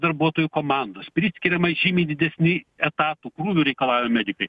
darbuotojų komandos priskiriama žymiai didesni etatų krūvių reikalauja medikai